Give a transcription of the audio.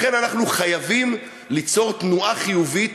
לכן אנחנו חייבים ליצור תנועה חיובית